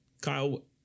kyle